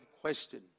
question